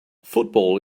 football